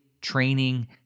training